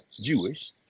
jewish